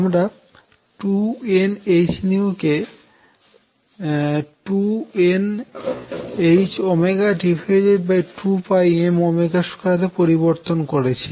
আমরা 2nhকে 2nh2m2 এ পরিবর্তন করেছি